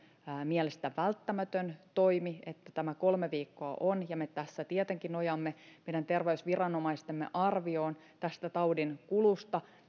mielestä välttämätön toimi että tämä kolme viikkoa on ja me tässä tietenkin nojaamme meidän terveysviranomaistemme arvioon tästä taudinkulusta